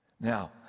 Now